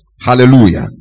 Hallelujah